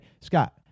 Scott